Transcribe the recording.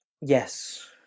Yes